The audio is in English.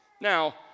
Now